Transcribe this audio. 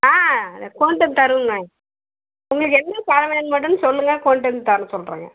ஆ கொண்டு வந்து தருவோமே உங்களுக்கு என்ன பழம் வேணும் மட்டுனும் சொல்லுங்க கொண்டு வந் தர சொல்லுறேங்க